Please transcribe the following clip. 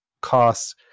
costs